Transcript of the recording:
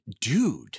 dude